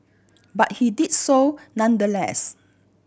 but he did so nonetheless